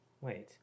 Wait